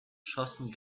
schossen